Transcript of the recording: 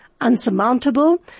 unsurmountable